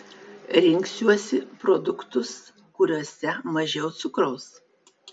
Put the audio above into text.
rinksiuosi produktus kuriuose mažiau cukraus